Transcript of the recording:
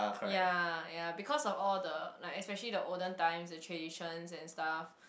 ya ya because of all the like especially the older time the tradition and stuff